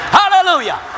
hallelujah